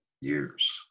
years